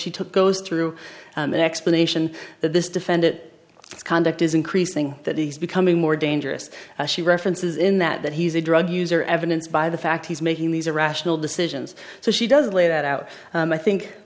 she took goes through an explanation that this defendant conduct is increasing that he's becoming more dangerous as she references in that he's a drug user evidence by the fact he's making these irrational decisions so she does lay that out i think